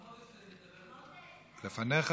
לפניי.